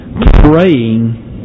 praying